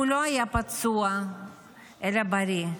הוא לא היה פצוע אלא בריא,